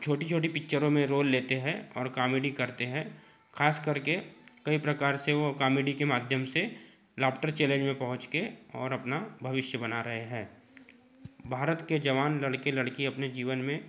छोटी छोटी पिक्चरों में रोल लेते हैं और कामेडी करते हैं खास कर के कई प्रकार से वह कामेडी के माध्यम से लाफ्टर चैलेंज में पहुँच कर और अपना भविष्य बना रहे हैं भारत के जवान लड़के लड़की अपने जीवन में